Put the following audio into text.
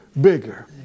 bigger